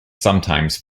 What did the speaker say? sometimes